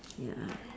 ya